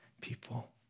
people